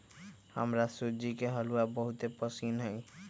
हमरा सूज्ज़ी के हलूआ बहुते पसिन्न हइ